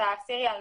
את המספר הסידורי,